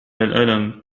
الألم